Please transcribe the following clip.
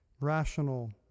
rational